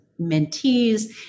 mentees